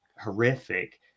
horrific